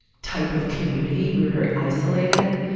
type of community. we were very isolated.